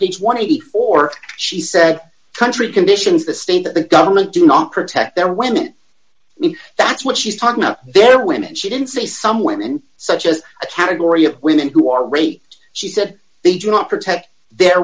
and eighty four she said country conditions the state that the government do not protect their women if that's what she's talking about there women she didn't say some women such as a category of women who are raped she said they do not protect their